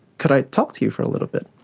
could i talk to you for a little bit?